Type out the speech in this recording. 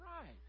right